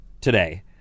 today